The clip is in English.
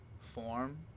form